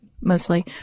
mostly